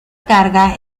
carga